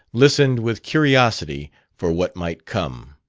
listened with curiosity for what might come.